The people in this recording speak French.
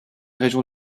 région